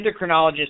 endocrinologist